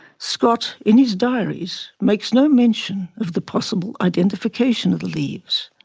scott in his diaries makes no mention of the possible identification of the leaves.